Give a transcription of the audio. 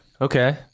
Okay